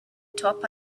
top